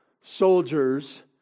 soldiers